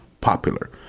popular